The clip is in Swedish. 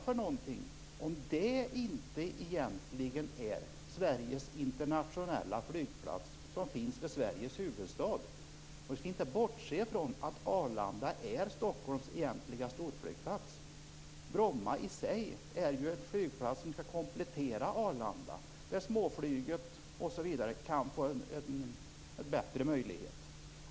Är inte det egentligen Sveriges internationella flygplats vid Sveriges huvudstad? Vi skall inte bortse från att Arlanda är Stockholms egentliga storflygplats. Bromma är en flygplats som skall komplettera Arlanda, där småflyget m.m. kan få en bättre möjlighet.